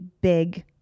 big